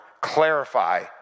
Clarify